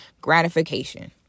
gratification